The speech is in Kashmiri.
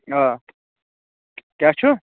آ کیٛاہ چھُو